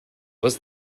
was